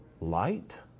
light